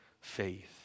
faith